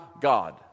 God